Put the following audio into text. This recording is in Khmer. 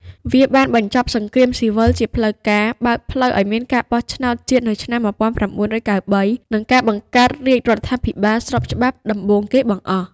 វាបានបញ្ចប់សង្គ្រាមស៊ីវិលជាផ្លូវការ បើកផ្លូវឱ្យមានការបោះឆ្នោតជាតិនៅឆ្នាំ ១៩៩៣ និងការបង្កើតរាជរដ្ឋាភិបាលស្របច្បាប់ដំបូងគេបង្អស់។